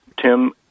Tim